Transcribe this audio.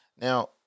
Now